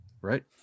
right